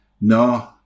no